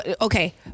okay